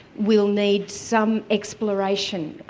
will need some exploration.